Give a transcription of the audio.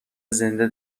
زنده